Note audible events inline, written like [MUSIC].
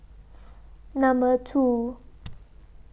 [NOISE] Number two